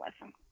lesson